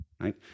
right